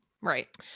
Right